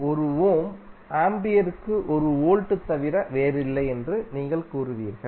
1 ohm ஆம்பியருக்கு 1 volt தவிர வேறில்லை என்று நீங்கள் கூறுவீர்கள்